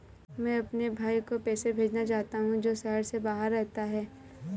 मैं अपने भाई को पैसे भेजना चाहता हूँ जो शहर से बाहर रहता है